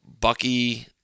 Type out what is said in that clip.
Bucky